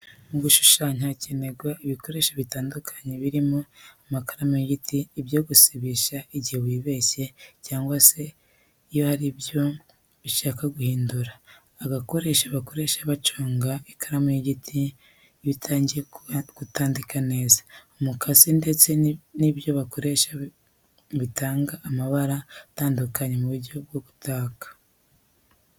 Mu gushushanya hakenerwa ibikoresho bitandukanye birimo: ikaramu y'igiti, icyo gusibisha igihe wibeshye cyangwa hari ibyo ushaka guhindura, agakoresho bakoresha baconga ikaramu y'igiti iyo itangiye kutandika neza, umukasi ndetse n'ibyo bakoresha bitanga amabara atandukanye mu buryo bwo gutaka.